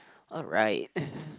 alright